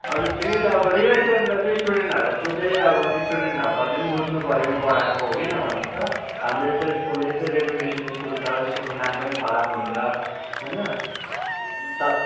हजुर ठिकै छ अब रिभाइज गरेर चाहिँ स्टुडेन्टहरूलाई सोध्दै अब उनी स्टुडेन्टहरूकोले पनि बुझ्नुपर्यो पढाएको हो कि होइन भन्नुहोस् त हामीले यस्तो स्कुल यस्तो रेप्युटेसन स्कुल छ स्कुलको नाम पनि खराब हुन्छ होइन त